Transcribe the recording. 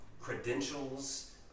credentials